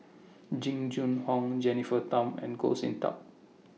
Jing Jun Hong Jennifer Tham and Goh Sin Tub